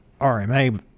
RMA